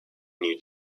new